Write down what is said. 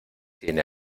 tiene